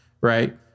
Right